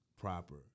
proper